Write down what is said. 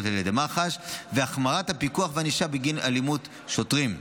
על ידי מח"ש והחמרת הפיקוח והענישה בגין אלימות שוטרים,